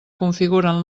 configuren